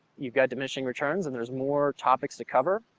you've got diminishing returns, and there's more topics to cover.